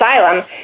asylum